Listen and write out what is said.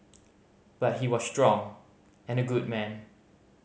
but he was strong and a good man